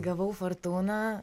gavau fortūną